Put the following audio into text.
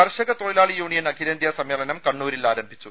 കർഷക തൊഴിലാളി യൂണിയൻ അഖിലേന്ത്യ സമ്മേളനം കണ്ണൂരിൽ ആരംഭിച്ചു